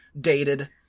dated